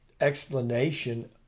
explanation